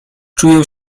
czuł